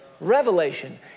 revelation